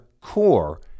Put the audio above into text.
core